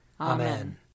Amen